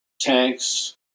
tanks